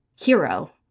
hero